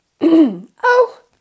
Oh